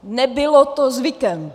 Nebylo to zvykem!